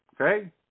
Okay